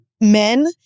men